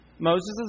Moses